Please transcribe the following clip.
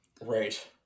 Right